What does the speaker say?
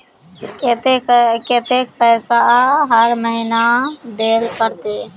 केते कतेक पैसा हर महीना देल पड़ते?